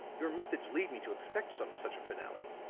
your methods lead me to expect some such a finale.